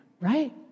right